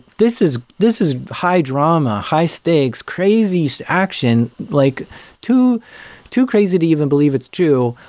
this is this is high drama, high stakes, crazy so action. like too too crazy to even believe it's true.